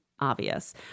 obvious